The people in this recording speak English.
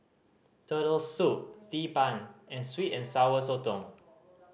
Turtle Soup Xi Ban and sweet and Sour Sotong